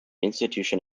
institution